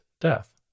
death